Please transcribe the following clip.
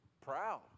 Proud